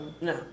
no